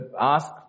ask